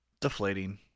deflating